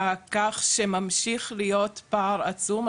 כך שממשיך להיות פער עצום.